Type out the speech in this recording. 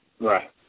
Right